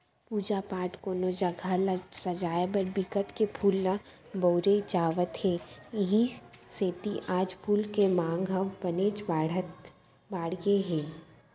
पूजा पाठ, कोनो जघा ल सजाय बर बिकट के फूल ल बउरे जावत हे इहीं सेती आज फूल के मांग ह बनेच बाड़गे गे हे